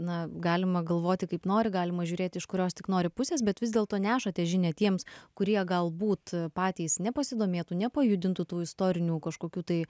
na galima galvoti kaip nori galima žiūrėt iš kurios tik nori pusės bet vis dėlto nešate žinią tiems kurie galbūt patys nepasidomėtų nepajudintų tų istorinių kažkokių tai